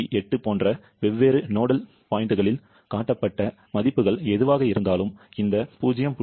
8 போன்ற வெவ்வேறு நோடல் புள்ளிகளில் காட்டப்பட்ட மதிப்புகள் எதுவாக இருந்தாலும் இந்த 0